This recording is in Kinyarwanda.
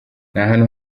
ahantu